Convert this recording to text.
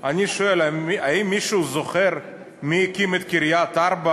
אני שואל: האם מישהו זוכר מי הקים את קריית-ארבע?